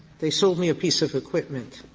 they sold me a piece of equipment.